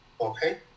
Okay